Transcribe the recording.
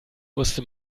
musste